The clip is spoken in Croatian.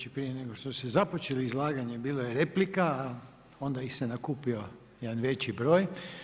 Već i prije nego što ste započeli izlaganje bila je replika, a onda ih se nakupio jedan veći broj.